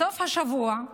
בסוף השבוע,